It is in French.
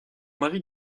mari